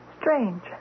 strange